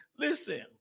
Listen